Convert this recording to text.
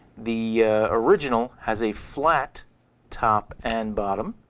the original has a flat top and bottom,